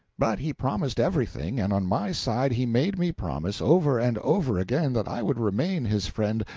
but he promised everything and on my side he made me promise over and over again that i would remain his friend,